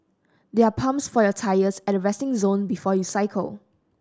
there are pumps for your tyres at the resting zone before you cycle